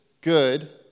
good